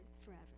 forever